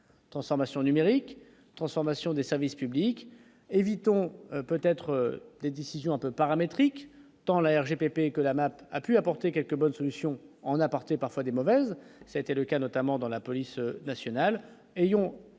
transformation numérique, transformation des services publics, évitons peut-être des décisions un peu paramétrique dans la RGPP que la nappe a pu apporter quelques bonnes solutions en aparté, parfois des mauvaises, c'était le cas notamment dans la police nationale, ayons